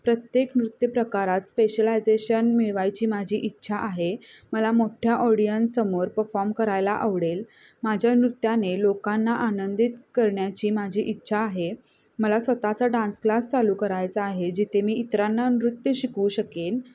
प्रत्येक नृत्य प्रकारात स्पेशलायझेशन मिळवायची माझी इच्छा आहे मला मोठ्या ऑडियनसमोर पफॉम करायला आवडेल माझ्या नृत्याने लोकांना आनंदित करण्याची माझी इच्छा आहे मला स्वतःचा डान्स क्लास चालू करायचा आहे जिथे मी इतरांना नृत्य शिकवू शकेन